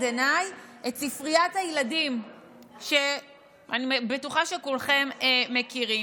עיניי את ספריית הילדים שאני בטוחה שכולכם מכירים,